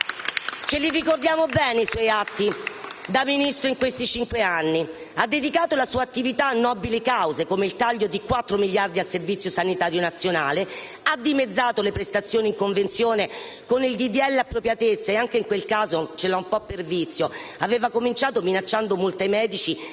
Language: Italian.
Ce li ricordiamo bene i suoi atti da Ministro in questi cinque anni: ha dedicato la sua attività a nobili cause, come il taglio di 4 miliardi al Servizio sanitario nazionale, ha dimezzato le prestazioni in convenzione con il disegno di legge appropriatezza e anche in quel caso - è un po' un suo vizio - aveva cominciato minacciando multe ai medici